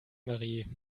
marie